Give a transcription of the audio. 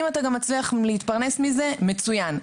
אם אתה גם מצליח להתפרנס מזה, מצוין.